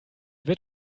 wird